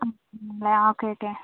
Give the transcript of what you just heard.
ആണല്ലേ ആ okay okay